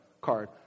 card